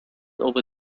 over